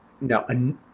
No